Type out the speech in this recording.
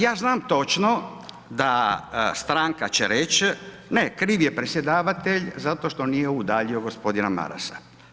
Ja znam točno, da stanka će reći, ne krivi je predsjedavatelj zato što nije udaljio gospodina Marasa.